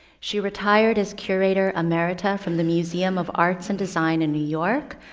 she retired as curator um emerita from the museum of arts and design in new york,